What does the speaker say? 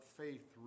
faith